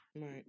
Right